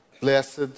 Blessed